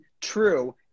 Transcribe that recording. true